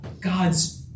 God's